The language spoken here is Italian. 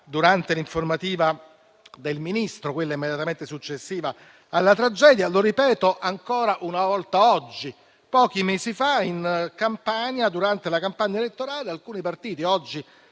durante l'informativa resa dal Ministro immediatamente dopo la tragedia e lo ripeto ancora una volta oggi: pochi mesi fa in Campania, durante la campagna elettorale, alcuni partiti oggi